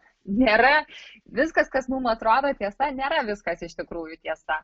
nėra viskas kas mum atrodo tiesa nėra viskas iš tikrųjų tiesa